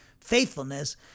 faithfulness